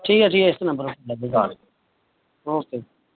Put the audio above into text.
ठीक ऐ ठीक ऐ इस नंबर उप्पर करी लैगे काल ओके